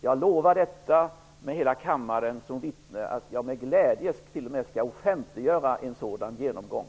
Jag lovar, med hela kammaren som vittne, att jag med glädje t.o.m. skall offentliggöra en sådan genomgång.